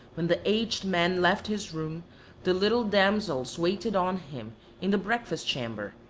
when the aged man left his room the little damsels waited on him in the break fast chamber,